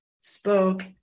spoke